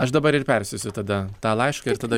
aš dabar ir persiųsiu tada tą laišką ir tada